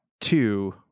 two